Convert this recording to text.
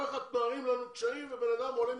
כל אחד מערים לנו קשיים ובן אדם עולה,